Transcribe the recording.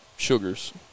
Sugars